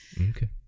Okay